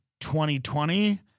2020